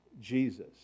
Jesus